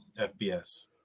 FBS